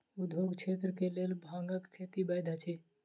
उद्योगक क्षेत्र के लेल भांगक खेती वैध अछि